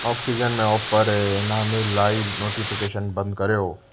oxygen में offer ऐं इनाम लाइ नोटिफिकेशन बंदि करियो